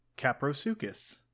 Caprosuchus